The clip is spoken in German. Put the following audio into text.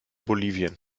bolivien